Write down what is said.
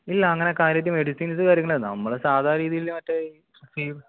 ഇല്ല അങ്ങനെ കാര്യമായിട്ട് മെഡിസിൻസ് കാര്യങ്ങൾ നമ്മൾ സാദാ രീതിയിലുള്ള മറ്റേ